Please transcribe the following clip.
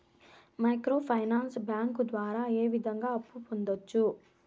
micro finance bank ద్వారా ఏ విధంగా అప్పు పొందొచ్చు